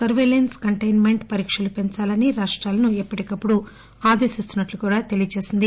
survey లెస్స్ containment పరీక్షలు పెంచాలని రాష్టాలను ఎప్పటికప్పుడు ఆదేశిస్తున్నట్లు తెలియజేసింది